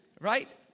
Right